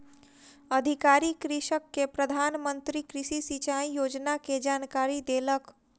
अधिकारी कृषक के प्रधान मंत्री कृषि सिचाई योजना के जानकारी देलक